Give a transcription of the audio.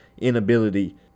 inability